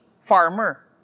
farmer